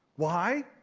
why?